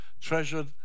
Treasured